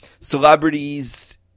Celebrities